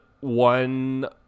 one